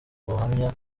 ubuhamya